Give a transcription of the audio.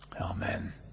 Amen